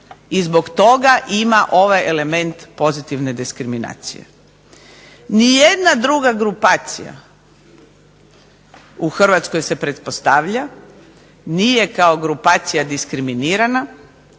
i zbog toga ima ovaj element pozitivne diskriminacije. Ni jedna druga grupacija u Hrvatskoj se pretpostavlja nije kao grupacija diskriminirana,